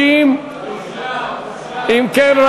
60. אם כן,